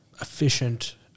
efficient